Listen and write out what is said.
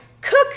cook